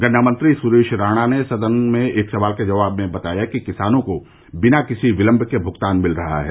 गन्ना मंत्री सुरेश राणा ने सदन में एक सवाल के जवाब में बताया कि किसानों को बिना किसी विलम्ब के भुगतान मिल रहा है